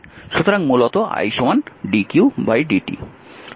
সুতরাং মূলত i dqdt